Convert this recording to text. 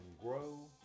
grow